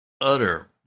utter